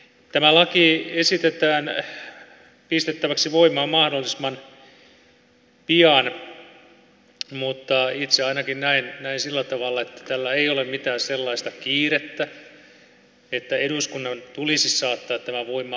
tämä laki esitetään pistettäväksi voimaan mahdollisimman pian mutta itse ainakin näen sillä tavalla että tällä ei ole mitään sellaista kiirettä että eduskunnan tulisi saattaa tämä voimaan mahdollisimman pian